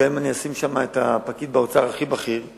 גם אם אני אשים את הפקיד הכי בכיר באוצר,